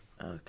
Okay